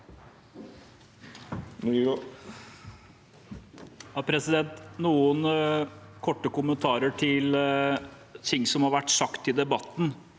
Noen korte kommentarer til ting som har vært sagt i debatten: